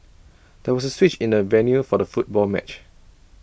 there was A switch in the venue for the football match